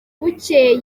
bukeye